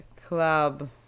club